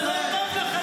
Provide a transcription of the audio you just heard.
זה לא טוב לכם,